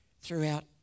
throughout